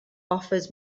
offers